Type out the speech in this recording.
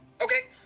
Okay